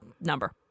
number